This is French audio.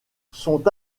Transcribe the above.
sont